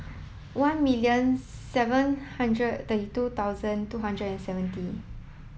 one million seven hundred they two thousand two hundred and seventy